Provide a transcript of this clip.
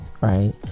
right